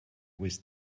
with